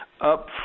up